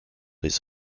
his